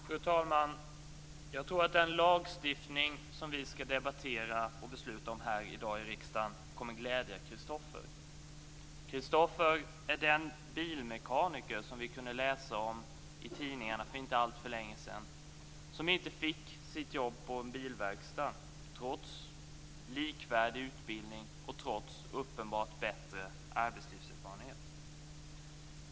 Fru talman! Jag tror att den lagstiftning som vi skall debattera och besluta om i dag här i riksdagen kommer att glädja Christopher. Christopher är den bilmekaniker som vi kunde läsa om i tidningarna för inte alltför länge sedan, som inte fick jobb på en bilverkstad trots likvärdig utbildning och trots uppenbart längre arbetslivserfarenhet.